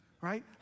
Right